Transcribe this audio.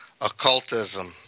occultism